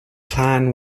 plan